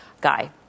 guy